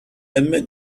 admit